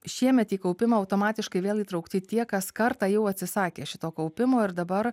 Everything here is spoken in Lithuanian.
šiemet į kaupimą automatiškai vėl įtraukti tie kas kartą jau atsisakė šito kaupimo ir dabar